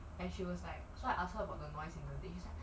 and she was like so I ask her about the voice days days